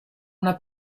una